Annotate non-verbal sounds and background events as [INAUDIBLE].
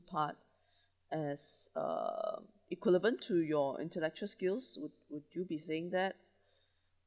part as uh equivalent to your intellectual skills would would you be saying that [BREATH]